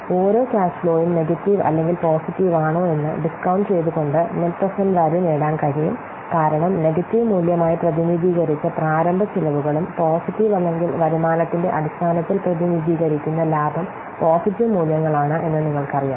ഓരോ ക്യാഷ് ഫ്ലോയും നെഗറ്റീവ് അല്ലെങ്കിൽ പോസിറ്റീവ് ആണോ എന്ന് ഡിസ്കൌണ്ട് ചെയ്തുകൊണ്ട് നെറ്റ് പ്രേസേന്റ്റ് വാല്യൂ നേടാൻ കഴിയും കാരണം നെഗറ്റീവ് മൂല്യമായി പ്രതിനിധീകരിച്ച പ്രാരംഭ ചെലവുകളും പോസിറ്റീവ് അല്ലെങ്കിൽ വരുമാനത്തിന്റെ അടിസ്ഥാനത്തിൽ പ്രതിനിധീകരിക്കുന്ന ലാഭം പോസിറ്റീവ് മൂല്യങ്ങളാണ് എന്ന് നിങ്ങൾക്കറിയാം